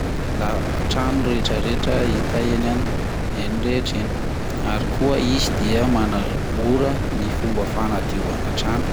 lava_ trano retraretra hita eny an- eny rehetra eny ary koa izy dia manamora ny fomba fanadiovana trano.